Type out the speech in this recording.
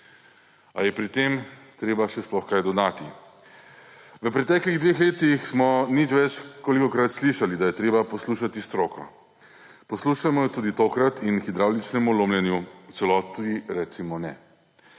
Ali je pri tem treba še sploh kaj dodati? V preteklih dveh letih smo ničkolikokrat slišali, da je treba poslušati stroko. Poslušajmo jo tudi tokrat in hidravličnemu lomljenju v celoti recimo ne.